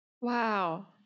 Wow